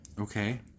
Okay